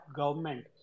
government